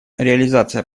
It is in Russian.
реализация